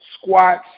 squats